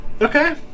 Okay